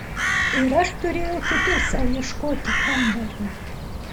ir aš turėjau kitur sau ieškoti kambario